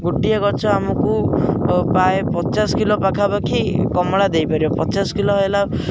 ଗୋଟିଏ ଗଛ ଆମକୁ ପ୍ରାୟ ପଚାଶ କିଲୋ ପାଖାପାଖି କମଳା ଦେଇପାରିବ ପଚାଶ କିଲୋ ହେଲାକୁ